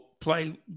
play